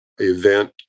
event